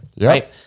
right